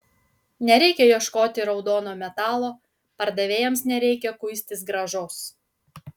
nereikia ieškoti raudono metalo pardavėjams nereikia kuistis grąžos